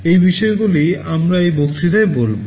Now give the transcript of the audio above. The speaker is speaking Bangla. এই বিষয়গুলি আমরা এই বক্তৃতায় বলব